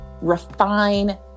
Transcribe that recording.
refine